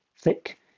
thick